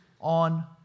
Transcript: on